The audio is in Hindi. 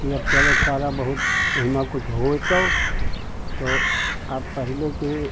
कि अब चलो थोड़ा बहुत उसमें कुछ हो तो तो अब पहले के